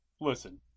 Listen